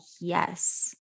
yes